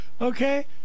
Okay